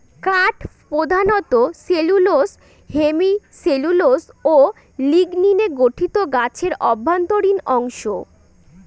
কাঠ প্রধানত cellulose hemicellulose ও লিগনিনে গঠিত গাছের অভ্যন্তরীণ অংশ